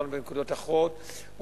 ויתרנו בנקודות אחרות,